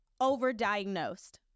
overdiagnosed